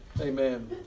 Amen